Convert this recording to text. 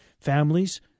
families